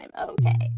okay